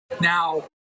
Now